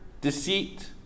deceit